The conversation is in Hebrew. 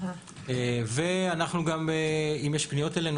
ואם יש פניות אלינו,